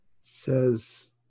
says